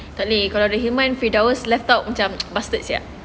tak boleh kalau ada himan firdaus left out macam bastard sia